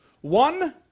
One